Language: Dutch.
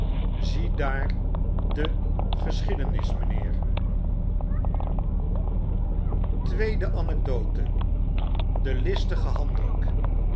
aziedaar de geschiedenis mynheer n de listige handdruk